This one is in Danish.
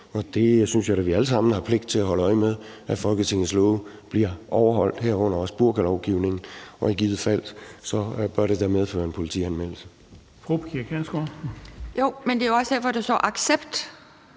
og jeg synes da, vi alle sammen har en pligt til at holde øje med, at Folketingets love bliver overholdt, herunder også burkalovgivningen, og at det da i givet fald bør medføre en politianmeldelse.